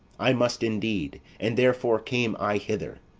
i must indeed and therefore came i hither.